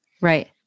Right